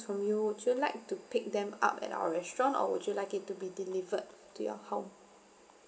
from you would you like to pick them up at our restaurant or would you like it to be delivered to your home